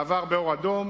מעבר באור אדום,